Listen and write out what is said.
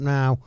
Now